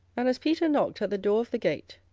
and as peter knocked at the door of the gate,